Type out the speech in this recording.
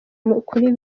kuri